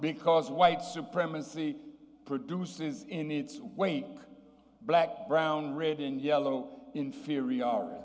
because white supremacy produces in its wake black brown red and yellow inferiority